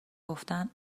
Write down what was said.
گفتن